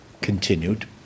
continued